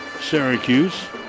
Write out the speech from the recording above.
Syracuse